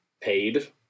paid